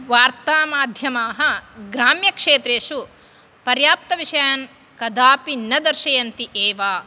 वार्तामध्यमाः ग्राम्यक्षेत्रेषु पर्याप्तविषयान् कदापि न दर्शयन्ति एव